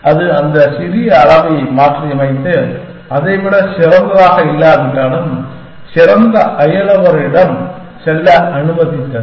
அது அந்த சிறிய அளவை மாற்றியமைத்து அதை விட சிறந்ததாக இல்லாவிட்டாலும் சிறந்த அயலவரிடம் செல்ல அனுமதித்தது